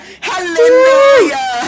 hallelujah